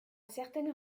certaines